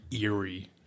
eerie